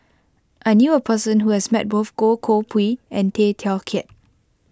I knew a person who has met both Goh Koh Pui and Tay Teow Kiat